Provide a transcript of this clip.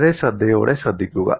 വളരെ ശ്രദ്ധയോടെ ശ്രദ്ധിക്കുക